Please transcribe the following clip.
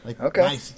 Okay